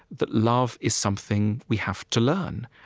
that love is something we have to learn,